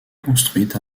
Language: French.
construite